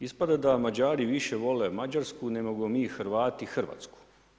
Ispada da Mađari više vole Mađarsku nego mi Hrvati Hrvatsku.